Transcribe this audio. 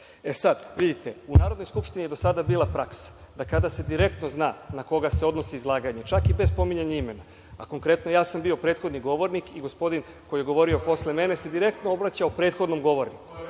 sad, vidite, u Narodnoj skupštini je do sada bila praksa da kada se direktno zna na koga se odnosi izlaganje, čak i bez spominjanja imena, a konkretno ja sam bio prethodni govornik i gospodin koji je govorio posle mene se direktno obraćao prethodnom govorniku.